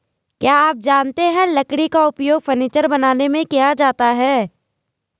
क्या आप जानते है लकड़ी का उपयोग फर्नीचर बनाने में किया जाता है?